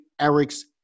Eric's